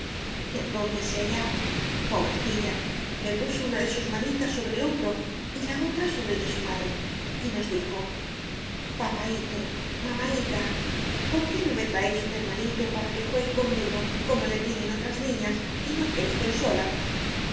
entonces ella pobrecilla me puso una de sus manitas sobre el hombro y la otra sobre el de su madre y nos dijo papaíto mamaíta por qué no me traéis un hermanito para que juegue conmigo como le tienen otras niñas y no que estoy sola